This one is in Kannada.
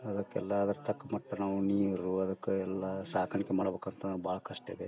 ಅದಕ್ಕೆಲ್ಲ ಅದ್ರ ತಕ್ಕ ಮಟ್ಟ ನಾವು ನೀರು ಅದಕ್ಕೆ ಎಲ್ಲ ಸಾಕಾಣಿಕೆ ಮಾಡ್ಬೇಕ್ ಅಂತಂದ್ರೆ ಭಾಳ ಕಷ್ಟ ಇದೆ